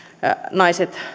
naiset